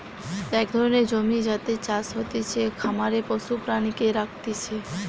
এক ধরণের জমি যাতে চাষ হতিছে, খামারে পশু প্রাণীকে রাখতিছে